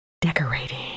decorating